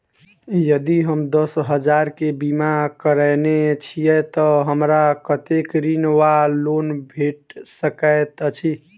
यदि हम दस हजार केँ बीमा करौने छीयै तऽ हमरा कत्तेक ऋण वा लोन भेट सकैत अछि?